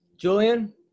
Julian